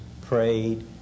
prayed